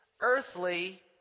earthly